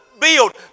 build